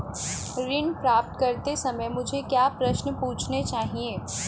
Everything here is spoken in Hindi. ऋण प्राप्त करते समय मुझे क्या प्रश्न पूछने चाहिए?